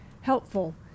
helpful